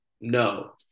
No